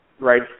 Right